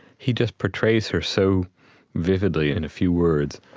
he just portrays her so vividly in a few words.